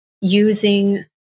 using